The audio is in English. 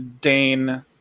Dane